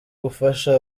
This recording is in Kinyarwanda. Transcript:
gufasha